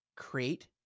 Create